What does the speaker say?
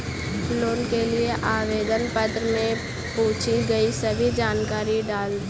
loan के लिए आवेदन पत्र में पूछी गई सभी जानकारी डाल देना